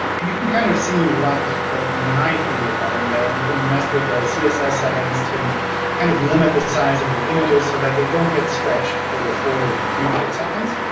and you can kind of see what what might be the problem there. and you can mess with the ah css settings to kind of limit the size of your images so that they don't get stretched for the full viewport size.